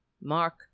Mark